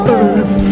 earth